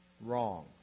Wrong